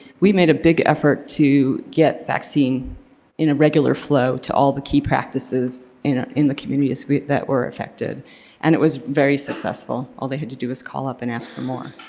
we made a big effort to get vaccine in a regular flow to all the key practices in ah in the communities that were affected and it was very successful, all they had to do is call up and ask for more.